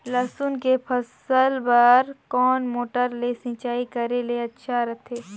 लसुन के फसल बार कोन मोटर ले सिंचाई करे ले अच्छा रथे?